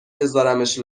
بذارمش